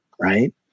Right